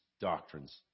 doctrines